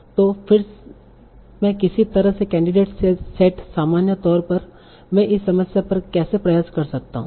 तो फिर मैं किसी तरह से कैंडिडेट सेट सामान्य तौर पर मैं इस समस्या पर कैसे प्रयास कर सकता हूं